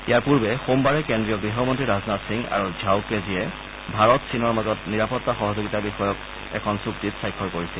ইয়াৰ পূৰ্বে সোমবাৰে কেন্দ্ৰীয় গৃহমন্নী ৰাজনাথ সিং আৰু ঝাও কেঝিয়ে ভাৰত চীনৰ মাজত নিৰাপত্তা সহযোগিতা বিষয়ক এখন চুক্তিত স্বাক্ষৰ কৰিছিল